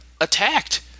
attacked